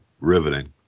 Riveting